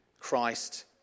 Christ